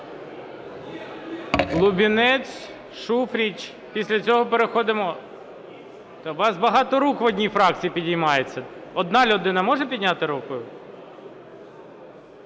Лубінець, Шуфрич. Після цього переходимо… Та у вас багато рук в одній фракції піднімається. Одна людина може підняти руку?